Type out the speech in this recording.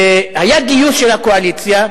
היה גיוס של הקואליציה.